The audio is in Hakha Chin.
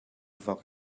vok